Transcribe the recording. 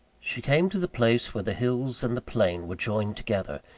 she came to the place where the hills and the plain were joined together.